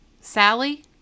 Sally